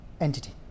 entity